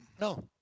No